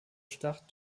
schlacht